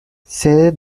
sede